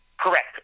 Correct